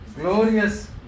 glorious